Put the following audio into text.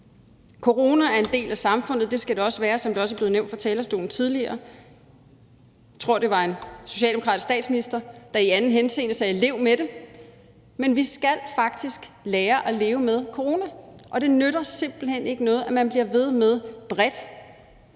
Corona er en del af samfundet, og det skal det også være, som det også er blevet nævnt fra talerstolen tidligere. Jeg tror, det var en socialdemokratisk statsminister, der i anden henseende sagde: Lev med det! Men vi skal faktisk lære at leve med corona, og det nytter simpelt hen ikke noget, at man bliver ved med bredt